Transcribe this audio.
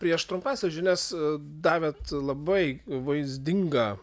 prieš trumpąsias žinias davėt labai vaizdingą